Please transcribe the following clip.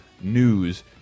News